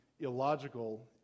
illogical